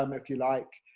um if you like.